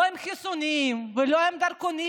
לא עם חיסונים ולא עם דרכונים,